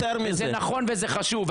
יותר מזה ----- וזה נכון וזה חשוב,